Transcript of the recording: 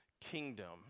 kingdom